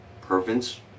Province